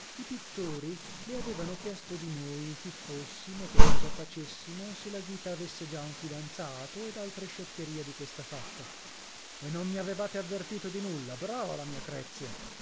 i pittori le avevano chiesto di noi chi fossimo che cosa facessimo se la ghita avesse già un fidanzato ed altre scioccherie di questa fatta e non mi avevate avvertito di nulla brava la mia crezia